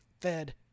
fed